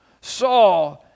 saw